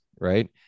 right